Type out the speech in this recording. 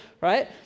Right